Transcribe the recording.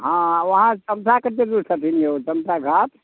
हँ आओर वहाँसँ तमसा केत्ते दूर छथिन यौ तमसा घाट